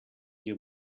your